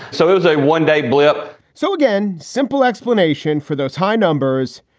so it was a one day blip so, again, simple explanation for those high numbers.